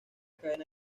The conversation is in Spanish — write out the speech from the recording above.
cadena